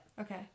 okay